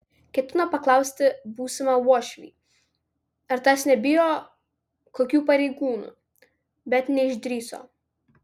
ketino paklausti būsimą uošvį ar tas nebijo kokių pareigūnų bet neišdrįso